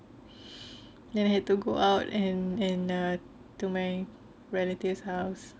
then I had to go out and then uh to my relatives house